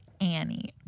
Annie